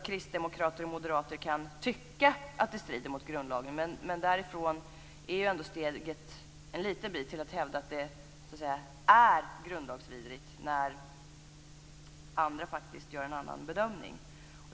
Kristdemokrater och moderater kan självklart tycka att detta strider mot grundlagen men därifrån är det ändå ett litet steg till att hävda att det verkligen är grundlagsvidrigt, särskilt som andra faktiskt gör en annan bedömning.